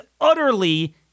utterly